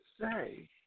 say